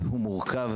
ומורכב,